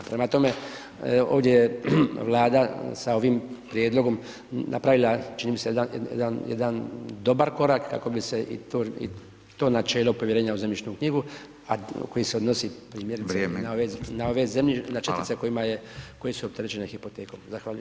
Prema tome, ovdje je Vlada sa ovim prijedlogom napravila čini mi se jedan dobar korak kako bi se i to načelo povjerenja u zemljišnu knjigu, a koji se odnosi primjerice [[Upadica: Vrijeme]] na čestice [[Upadica: Hvala]] koje su opterećene hipotekom.